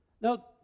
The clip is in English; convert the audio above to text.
Now